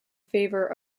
favour